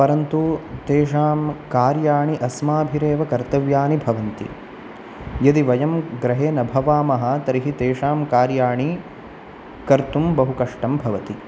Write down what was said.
परन्तु तेषां कार्याणि अस्माभिरेव कर्तव्याणि भवन्ति यदि वयं गृहे न भवामः तर्हि तेषां कार्याणि कर्तुं बहुकष्टं भवति